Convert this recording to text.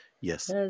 Yes